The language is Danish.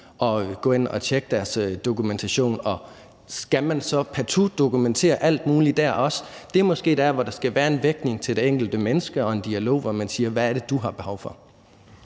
at gå ind at tjekke deres dokumentation, og skal man så partout dokumentere alt muligt der også? Det er måske der, hvor der skal være en vægtning til det enkelte menneske og en dialog, hvor man spørger: Hvad er det, du har behov for?